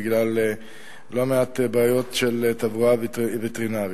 בגלל לא מעט בעיות של תברואה וטרינרית.